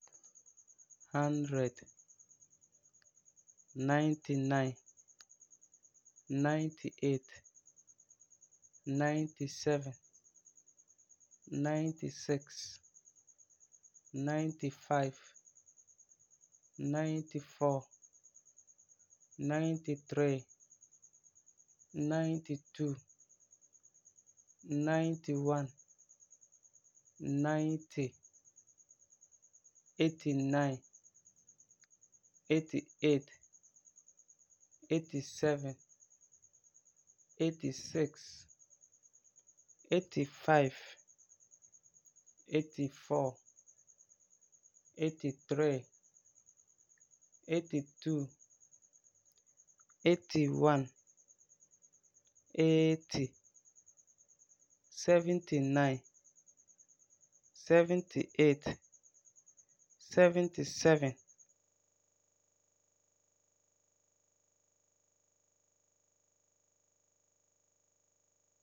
Hundred, ninety-nine, ninety-eight, ninety-seven, ninety-six, ninety-five, ninety-four, ninety-three, ninety-two, ninety-one, ninety, eighty-nine, eighty-eight, eighty-seven, eighty-six, eighty-five, eighty-four, eighty-three, eighty-two, eighty-one, eighty, seventy-nine, seventy-eight, seventy-seven.